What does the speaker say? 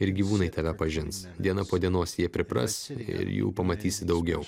ir gyvūnai tave pažins diena po dienos jie pripras ir jų pamatysi daugiau